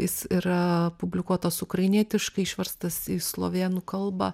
jis yra publikuotas ukrainietiškai išverstas į slovėnų kalbą